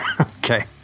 Okay